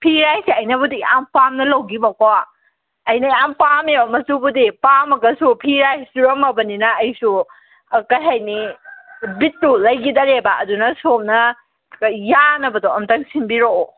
ꯐꯤ ꯍꯥꯏꯁꯦ ꯑꯩꯅꯕꯨꯗꯤ ꯌꯥꯝ ꯄꯥꯝꯅ ꯂꯧꯈꯤꯕ ꯀꯣ ꯑꯩꯅ ꯌꯥꯝ ꯄꯥꯝꯃꯦꯕ ꯃꯆꯨꯕꯨꯗꯤ ꯄꯥꯝꯃꯒꯁꯨ ꯐꯤ ꯍꯥꯏꯁꯦ ꯆꯨꯔꯝꯃꯕꯅꯤꯅ ꯑꯩꯁꯨ ꯀꯩ ꯍꯥꯏꯅꯤ ꯕꯤꯠꯇꯨ ꯂꯩꯈꯤꯗꯔꯦꯕ ꯑꯗꯨꯅ ꯁꯣꯝꯅ ꯌꯥꯅꯕꯗꯣ ꯑꯃꯇꯪ ꯁꯤꯟꯕꯤꯔꯛꯑꯣ